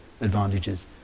advantages